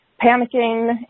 panicking